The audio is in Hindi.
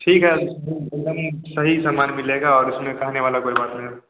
ठीक है एक दम सही समान मिलेगा और इसमें कहने वाली कोई बात नहीं है